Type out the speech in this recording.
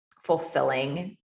fulfilling